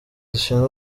zishinzwe